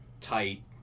tight